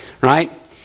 Right